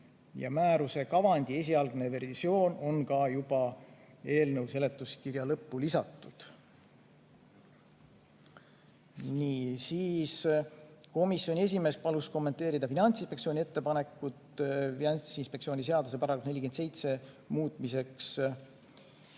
Määruse kavandi esialgne versioon on ka eelnõu seletuskirja lõppu lisatud. Komisjoni esimees palus kommenteerida Finantsinspektsiooni ettepanekut Finantsinspektsiooni seaduse § 47 muutmiseks.